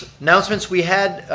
now since we had,